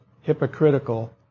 hypocritical